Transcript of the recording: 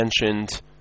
mentioned